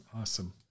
Awesome